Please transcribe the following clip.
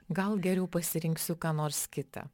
gal geriau pasirinksiu ką nors kita